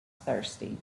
thirsty